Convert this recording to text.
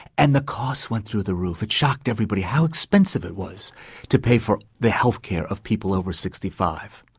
and the costs went through the roof. it shocked everybody how expensive it was to pay for the health care of people over sixty five.